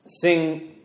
sing